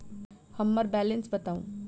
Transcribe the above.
हम्मर बैलेंस बताऊ